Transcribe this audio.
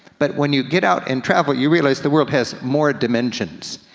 but when you get out and travel, you realize the world has more dimensions.